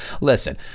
Listen